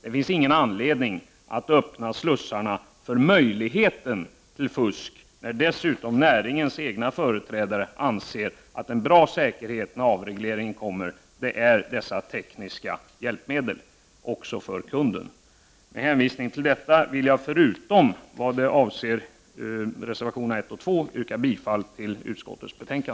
Det finns ingen anledning att öppna slussarna för möjligheter till fusk när dessutom näringens egna företrädare anser att dessa tekniska hjälpmedel ger en god säkerhet också för kunden när denna avreglering kommer. Med hänvisning till detta vill jag med undantag för reservationerna nr 1 och 2 yrka bifall till utskottets hemställan.